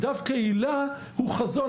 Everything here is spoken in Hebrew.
ודווקא היל"ה הוא חזון,